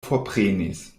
forprenis